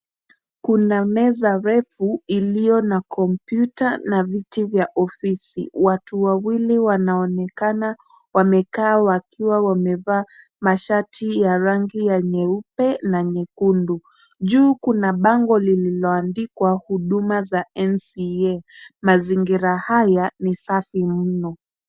Kuna meza refu iliyo na kompyuta na viti vya ofisi. Watu wawili wanaonekana wamekaa wakiwa wamevaa mashati ya rangi ya nyeupe na nyekundu. Juu kuna bango lililoandikwa huduma za NCA. Mazingira haya ni safi mno.